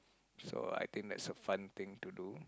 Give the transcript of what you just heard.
so I think that's a fun thing to do